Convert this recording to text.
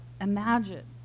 imagine